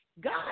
God